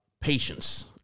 patience